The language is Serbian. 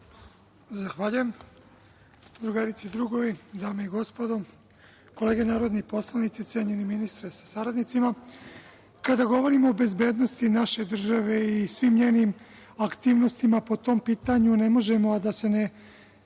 Zahvaljujem. Drugarice i drugovi, dame i gospodo, kolege narodni poslanici, cenjeni ministre sa saradnicima, kada govorimo o bezbednosti naše države i svim njenim aktivnostima po tom pitanju, ne možemo a da se ne